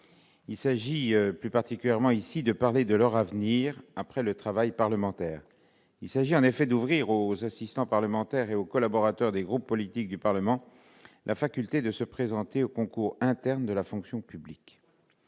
Il s'agit plus particulièrement ici de parler de leur avenir après le travail parlementaire. Nous proposons d'ouvrir aux assistants parlementaires et aux collaborateurs des groupes politiques du Parlement la possibilité de se présenter aux concours internes de la fonction publique.